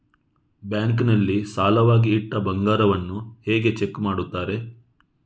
Bank ನಲ್ಲಿ ಸಾಲವಾಗಿ ಇಟ್ಟ ಬಂಗಾರವನ್ನು ಹೇಗೆ ಚೆಕ್ ಮಾಡುತ್ತಾರೆ?